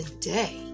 Today